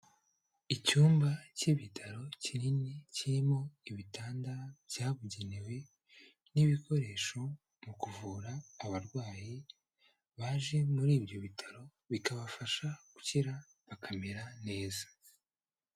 Icyumba cy'ibitaro kinini kirimo ibitanda byabugenewe, n'ibikoresho mu kuvura abarwayi baje muri ibyo bitaro bikabafasha gukira bakamera neza.